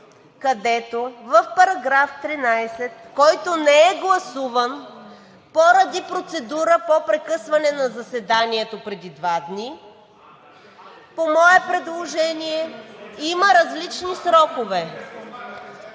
където в § 13, който не е гласуван поради процедура по прекъсване на заседанието преди два дни по мое предложение има различни срокове.